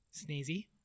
sneezy